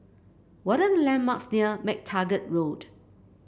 what are the landmarks near MacTaggart Road